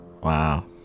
wow